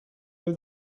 owe